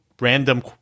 random